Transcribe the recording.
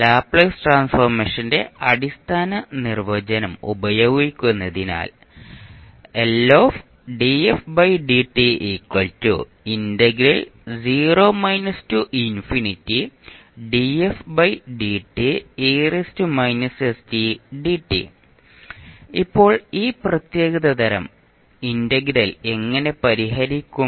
Laplace ട്രാൻസ്ഫോർമേഷന്റെ അടിസ്ഥാന നിർവചനം ഉപയോഗിക്കുന്നതിനാൽ ഇപ്പോൾ ഈ പ്രത്യേക തരം ഇന്റഗ്രൽ എങ്ങനെ പരിഹരിക്കും